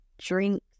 drink